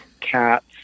cats